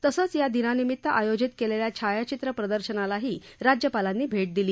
तसंच या दिनानिमित्त आयोजित केलेल्या छायाचित्र प्रदर्शनालाही राज्यपालांनी भेट दिली